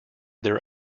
their